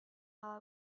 while